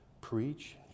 preach